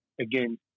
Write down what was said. Again